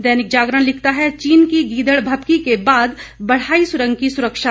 दैनिक जागरण लिखता है चीन की गीदड़ भभकी के बाद बढ़ाई सुरंग की सुरक्षा